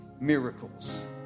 Miracles